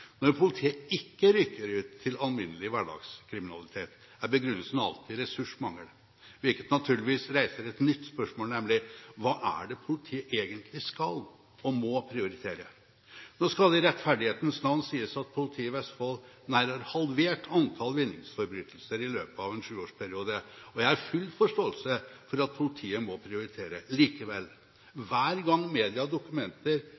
Når politiet ikke rykker ut til alminnelig hverdagskriminalitet, er begrunnelsen alltid ressursmangel, hvilket naturligvis reiser et nytt spørsmål, nemlig: Hva er det politiet egentlig skal og må prioritere? Nå skal det i rettferdighetens navn sies at politiet i Vestfold nær har halvert antall vinningsforbrytelser i løpet av en sjuårsperiode, og jeg har full forståelse for at politiet må prioritere. Likevel: